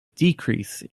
decrease